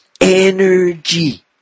energy